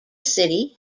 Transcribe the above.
city